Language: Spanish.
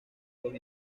los